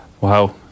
Wow